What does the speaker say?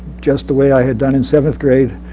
just the way i had done in seventh grade